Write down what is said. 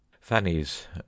Fanny's